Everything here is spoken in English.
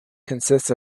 consists